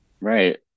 Right